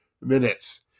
minutes